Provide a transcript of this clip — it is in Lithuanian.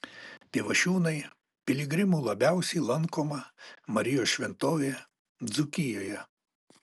pivašiūnai piligrimų labiausiai lankoma marijos šventovė dzūkijoje